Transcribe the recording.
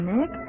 Nick